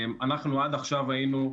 אנחנו עד עכשיו היינו,